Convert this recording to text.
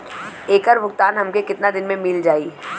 ऐकर भुगतान हमके कितना दिन में मील जाई?